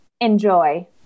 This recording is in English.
Enjoy